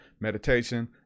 meditation